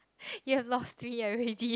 you have lost three already